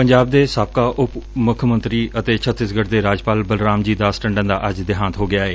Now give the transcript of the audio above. ਪੰਜਾਬ ਦੇ ਸਾਬਕਾ ਉਪ ਮੁੱਖ ਮੰਤਰੀ ਅਤੇ ਛੱਤੀਸਗੜ ਦੇ ਰਾਜਪਾਲ ਬਲਰਾਮ ਜੀ ਦਾਸ ਟੰਡਨ ਦਾ ਅੱਜ ਦੇਹਾਤ ਹੋ ਗਿਐ